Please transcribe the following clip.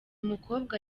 mukobwa